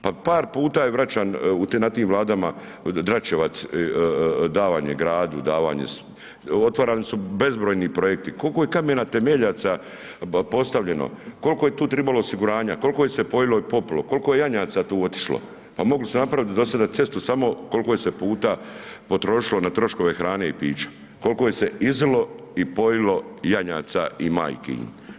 Pa par puta je vraćan, na tim vladama Dračevac, davanje gradu, davanje, otvarani su bezbrojni projekti, kolko je kamena temeljaca postavljeno, kolko je tu tribalo osiguranja, kolko je se poilo i popilo, kolko je janjaca tu otišlo, pa mogli su napraviti do sada cestu samo kolko se je puta potrošilo na troškove hrane i pića, kolko je se izilo i pojilo janjaca i majki im.